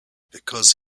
because